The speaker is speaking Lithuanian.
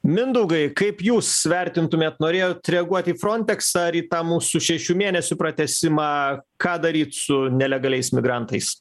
mindaugai kaip jūs vertintumėt norėjot reaguot į frontex ar į tą mūsų šešių mėnesių pratęsimą ką daryt su nelegaliais migrantais